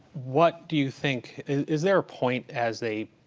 what do you think is there a point, as they,